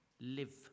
live